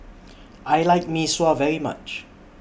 I like Mee Sua very much